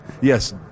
yes